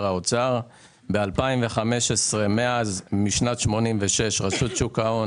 כאשר מאז רשות שוק ההון